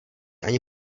ani